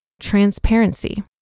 Transparency